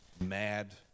mad